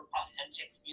authentic